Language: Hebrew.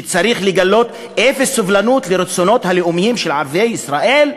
שצריך לגלות אפס סובלנות לרצונות הלאומיים של ערביי ישראל,